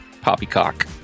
poppycock